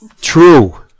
True